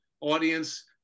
audience